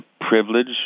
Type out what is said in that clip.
privilege